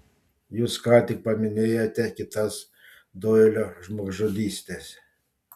jūs ką tik paminėjote kitas doilio žmogžudystes